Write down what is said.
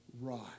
rot